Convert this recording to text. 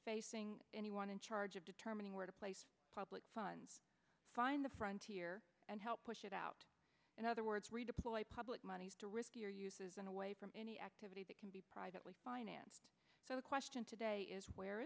facing anyone in charge of determining where to place public funds find the frontier and help push it out in other words redeploy public monies to riskier uses and away from any activity that can be privately financed so the question today is where